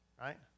right